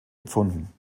empfunden